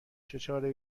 چاره